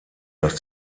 dass